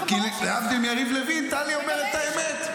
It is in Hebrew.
להבדיל מיריב לוין, טלי אומרת את האמת.